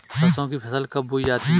सरसों की फसल कब बोई जाती है?